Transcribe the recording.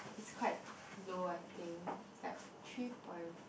is quite low I think about three point